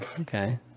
okay